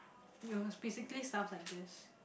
your it's basically stuff like this